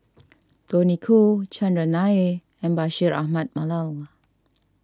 Tony Khoo Chandran Nair and Bashir Ahmad Mallal